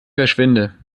verschwinde